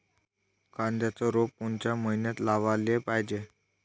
कांद्याचं रोप कोनच्या मइन्यात लावाले पायजे?